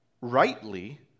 rightly